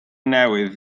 newydd